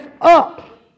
up